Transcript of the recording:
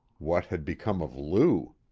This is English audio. what had become of lou?